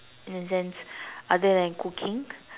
in a sense other than cooking